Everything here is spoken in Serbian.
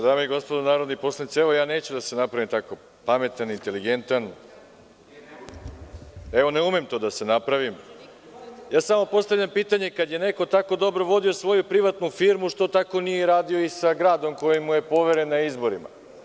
Dame i gospodo narodni poslanici, ja neću da se napravim tako pametan i inteligentan, ne umem tako da se napravim, samo postavljam pitanje – kada je neko tako dobro vodio svoju privatnu firmu, što tako nije radio i sa gradom koji mu je poveren na izborima?